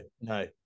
no